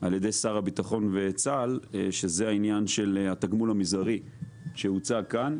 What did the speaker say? על ידי שר הביטחון וצה"ל זה העניין של התגמול המזערי שהוצג כאן.